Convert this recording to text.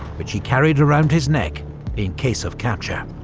which he carried around his neck in case of capture.